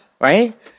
Right